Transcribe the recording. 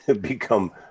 become